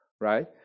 right